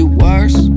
worse